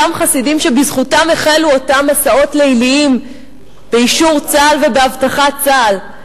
אותם חסידים שבזכותם החלו אותם מסעות ליליים באישור צה"ל ובאבטחת צה"ל,